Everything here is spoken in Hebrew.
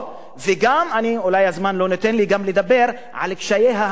וגם אולי הזמן לא נותן לי לדבר גם על קשיי ההעסקה,